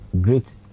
great